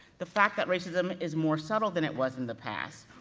the fact that racism is more subtle than it was in the past,